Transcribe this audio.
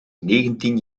negentien